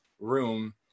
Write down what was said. room